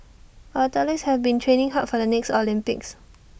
our athletes have been training hard for the next Olympics